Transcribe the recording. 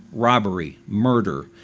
robbery, murder,